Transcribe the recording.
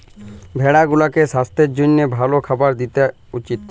ভেড়া গুলাকে সাস্থের জ্যনহে ভাল খাবার দিঁয়া উচিত